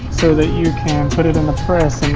so that you can put it in the press